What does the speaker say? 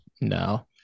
no